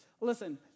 Listen